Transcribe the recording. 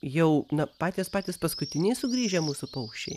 jau na patys patys paskutiniai sugrįžę mūsų paukščiai